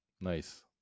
Nice